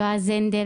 יועז הנדל,